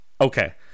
Okay